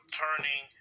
turning